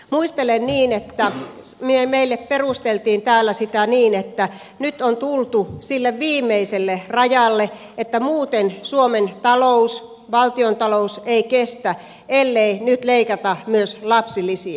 muistelen että meille perusteltiin täällä sitä niin että nyt on tultu sille viimeiselle rajalle että muuten suomen valtiontalous ei kestä ellei nyt leikata myös lapsilisiä